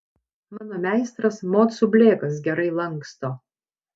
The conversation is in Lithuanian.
mano meistras mocų blėkas gerai lanksto